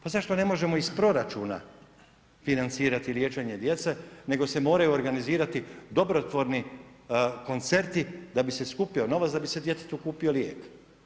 Pa zašto ne možemo iz proračuna financirati liječenje djece nego se moraju organizirati dobrotvorni koncerti da bi se skupio novac da bi se djetetu kupio lijek?